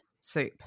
soup